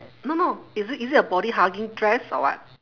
no no is it is it a body hugging dress or what